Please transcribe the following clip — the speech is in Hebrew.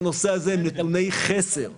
הם לא יצטרכו לחפש את זה, זה יהיה נגיש להם.